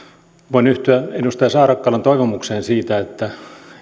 voin yhtyä edustaja saarakkalan toivomukseen siitä että